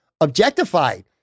objectified